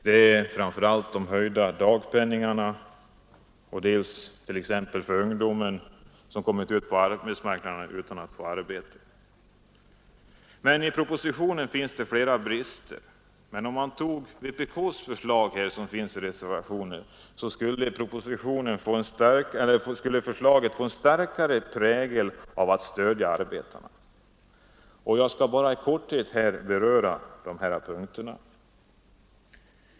Jag tänker framför allt på den höjda dagpenningen för t.ex. ungdomar som vill komma ut på arbetsmarknaden men som inte fått något arbete. I propositionen finns emellertid flera brister, och om man i stället tog vpk:s förslag, som framförts i våra reservationer, skulle försäkringen få en starkare prägel av att stödja arbetarna. Jag skall här i korthet beröra dessa punkter.